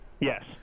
Yes